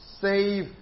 save